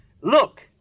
Look